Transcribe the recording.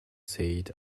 said